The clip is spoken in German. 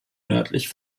nördlich